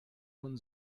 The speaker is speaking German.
von